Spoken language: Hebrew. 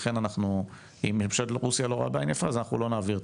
ולכן אנחנו נמנעים מתשלום ולא מעבירים